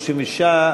36,